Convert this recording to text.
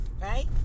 Right